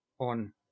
on